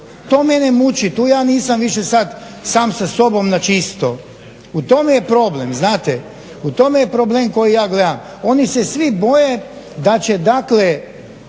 To mene muči. Tu ja nisam više sad sam sa sobom na čisto. U tome je problem, znate. U tome je problem koji ja gledam. Oni se svi boje da će, dakle